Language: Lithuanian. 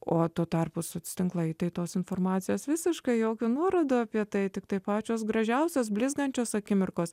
o tuo tarpu soc tinklai tai tos informacijos visiškai jokių nuorodų apie tai tiktai pačios gražiausios blizgančios akimirkos